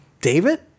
David